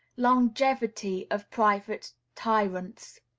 longevity of private tyrants.